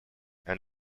and